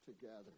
together